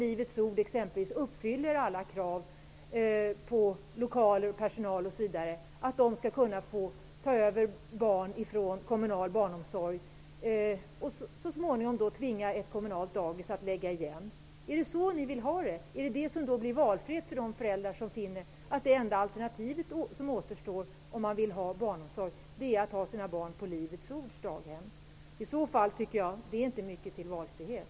Livets ord, som uppfyller alla krav på lokaler, personal osv., få ta över barn från kommunal barnomsorg och så småningom tvinga ett kommunalt dagis att lägga ned? Är det så ni vill ha det? Är valfriheten för föräldrarna detsamma som att det enda alternativ som återstår för barnomsorgen är att ha sina barn på Livets ords daghem? Det är inte mycket till valfrihet.